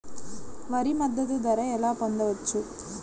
వరి మద్దతు ధర ఎలా పొందవచ్చు?